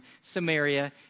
Samaria